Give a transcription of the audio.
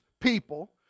people